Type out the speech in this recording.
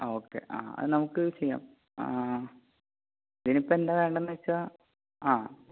ആ ഓക്കെ ആ അത് നമുക്ക് ചെയ്യാം ഇതിനിപ്പോഴെന്താ വേണ്ടതെന്ന് വച്ചാൽ ആ